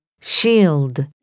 Shield